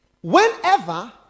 Whenever